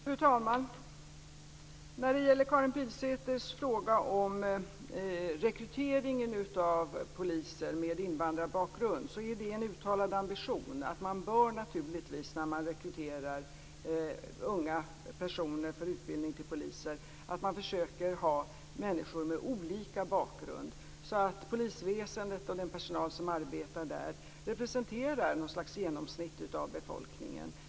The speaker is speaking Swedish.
Fru talman! När det gäller Karin Pilsäters fråga om rekrytering av poliser med invandrarbakgrund är det en uttalad ambition att man bör försöka att ha människor med olika bakgrund när man rekryterar unga personer för utbildning till poliser, så att polisväsendet och den personal som arbetar där representerar något slags genomsnitt av befolkningen.